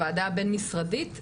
הוועדה הבין-משרדית,